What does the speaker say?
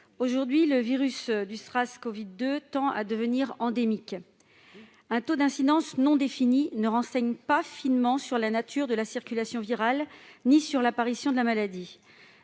Aujourd'hui, le virus SARS-CoV-2 tend à devenir endémique. Or un taux d'incidence non défini ne renseigne pas finement sur la nature de la circulation virale, non plus que sur l'apparition de la maladie.